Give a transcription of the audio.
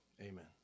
Amen